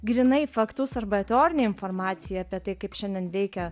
grynai faktus arba teorinę informaciją apie tai kaip šiandien veikia